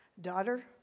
Daughter